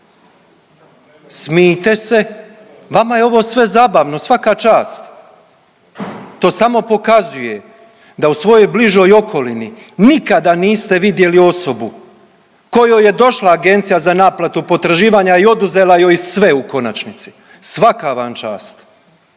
smijte se, vama je ovo sve zabavno, svaka čast, to samo pokazuje da u svojoj bližoj okolini nikada niste vidjeli osobu kojoj je došla Agencija za naplatu potraživanja i oduzela joj sve u konačnici, svaka vam čast,